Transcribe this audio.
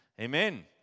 Amen